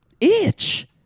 itch